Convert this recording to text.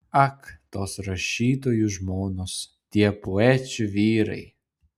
ak tos rašytojų žmonos tie poečių vyrai